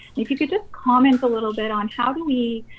if you could just comment a little bit on how do we,